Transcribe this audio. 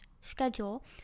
schedule